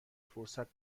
فرصت